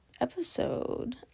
episode